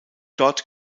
dort